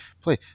play